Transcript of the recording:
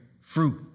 fruit